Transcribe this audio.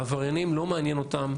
העבריינים, לא מעניין אותם,